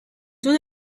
would